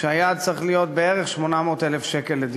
שהיה צריך להיות בערך 800,000 שקל לדירה.